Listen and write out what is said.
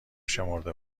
شمرده